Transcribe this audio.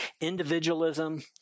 individualism